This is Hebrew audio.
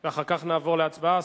אחר כך נעבור להצבעה.